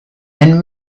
and